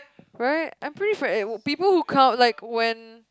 right I'm pretty friend people who come up like when